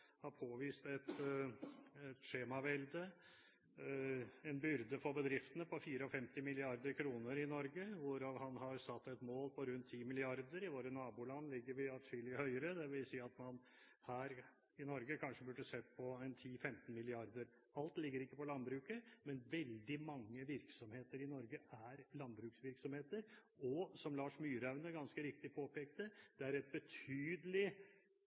har påvist et skjemavelde – en byrde for bedriftene på 54 mrd. kr i Norge, hvorav han har satt et mål på rundt 10 mrd. kr. Våre naboland ligger atskillig høyere, det vil si at man her i Norge kanskje burde sett på 10–15 mrd. kr. Ikke alt ligger på landbruket, men veldig mange virksomheter i Norge er landbruksvirksomheter, og som Lars Myraune ganske riktig påpekte, er det et betydelig